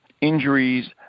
injuries